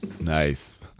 Nice